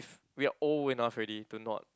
we are old enough already to not